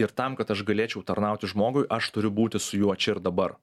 ir tam kad aš galėčiau tarnauti žmogui aš turiu būti su juo čia ir dabar